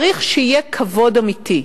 צריך שיהיה כבוד אמיתי,